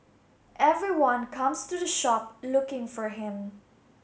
everyone comes to the shop looking for him